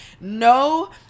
no